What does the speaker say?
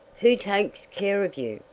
who takes care of you?